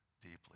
deeply